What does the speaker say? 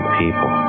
people